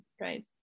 right